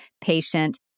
patient